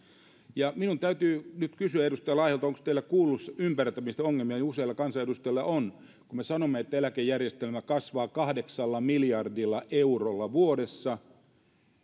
ja minun täytyy nyt kysyä edustaja laiholta onko teillä kuullun ymmärtämisessä ongelmia useilla kansanedustajilla on kun me sanomme että eläkejärjestelmä kasvaa kahdeksalla miljardilla eurolla vuodessa ja